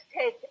take